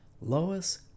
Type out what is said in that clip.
Lois